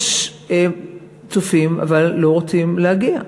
יש צופים, אבל לא רוצים איצטדיונים, להגיע.